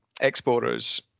exporters